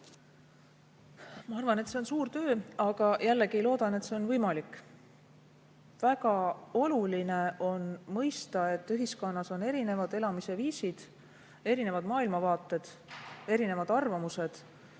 Ma arvan, et see on suur töö, aga jällegi loodan, et see on võimalik. Väga oluline on mõista, et ühiskonnas on erinevad elamise viisid, erinevad maailmavaated, erinevad arvamused.